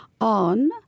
on